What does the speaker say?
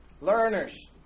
Learners